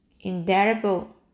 indelible